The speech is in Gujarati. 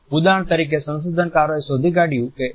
ઉદાહરણ તરીકે સંશોધનકારોએ શોધી કાઢ્યું છે કે યુ